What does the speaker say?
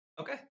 Okay